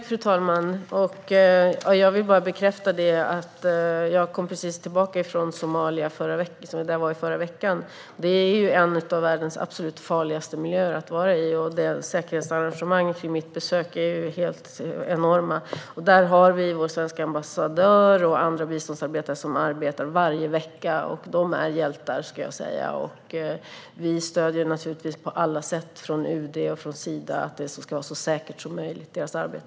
Fru talman! Jag kom precis tillbaka från Somalia, där jag var i förra veckan. Det är en av världens absolut farligaste miljöer att vistas i, och säkerhetsarrangemangen kring mitt besök var enorma. Där har vi vår svenska ambassadör och andra biståndsarbetare som arbetar varje vecka, och de är hjältar. Vi stöder naturligtvis på alla sätt från UD och Sida att deras arbete ska vara så säkert som möjligt.